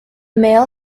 male